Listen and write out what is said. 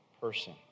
person